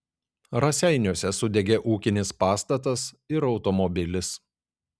raseiniuose sudegė ūkinis pastatas ir automobilis